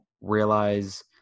realize